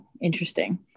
Interesting